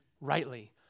rightly